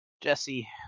Jesse